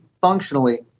functionally